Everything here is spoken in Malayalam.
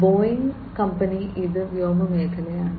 ബോയിംഗ് കമ്പനി ഇത് വ്യോമമേഖലയിലാണ്